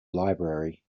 library